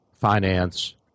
finance